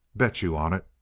bet you on it!